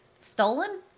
Stolen